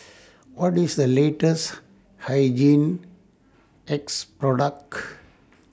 What IS The latest Hygin X Product